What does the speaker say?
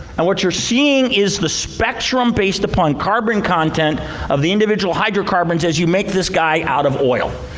and what you're seeing is the spectrum based upon carbon content of the individual hydrocarbons as you make this guy out of oil.